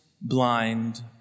blind